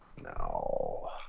No